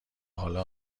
حالا